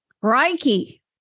Crikey